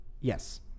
Yes